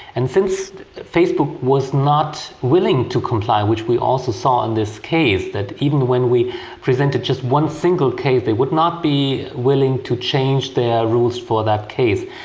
and since facebook was not willing to comply, which we also saw in this case, that even when we presented just one single case, they would not be willing to change their rules for that case.